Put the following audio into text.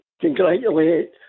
congratulate